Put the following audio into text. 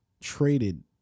traded